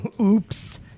Oops